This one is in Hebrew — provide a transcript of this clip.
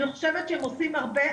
אני חושבת שהם עושים הרבה,